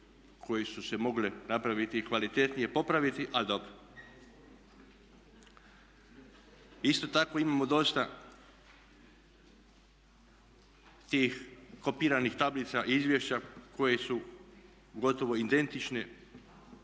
koje su se mogle napraviti i kvalitetnije popraviti, ali dobro. Isto tako imamo dosta tih kopiranih tablica, izvješća koje su gotovo identične